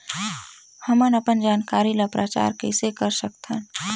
हमन अपन जानकारी ल प्रचार कइसे कर सकथन?